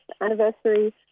anniversary